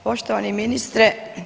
Poštovani ministre.